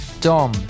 Dom